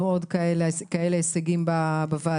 על סדר היום סעיפים 16(1), (3) ו-(4),